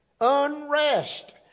Unrest